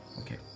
Okay